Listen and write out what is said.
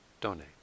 donate